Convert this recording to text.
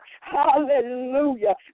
Hallelujah